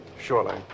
Surely